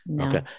Okay